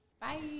Bye